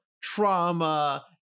trauma